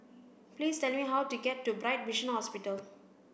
please tell me how to get to Bright Vision Hospital